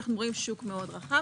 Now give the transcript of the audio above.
השוק רחב